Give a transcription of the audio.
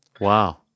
Wow